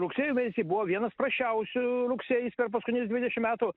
rugsėjo mėnesiai buvo vienas prasčiausių rugsėjis per paskutinius dvidešim metų